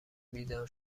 بیدار